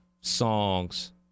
songs